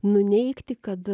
nuneigti kad